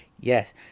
Yes